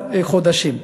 חודשים,